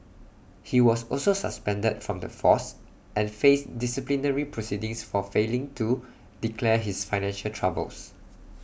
he was also suspended from the force and faced disciplinary proceedings for failing to declare his financial troubles